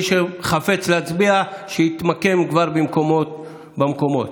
מי שחפץ להצביע שיתמקם כבר במקומות.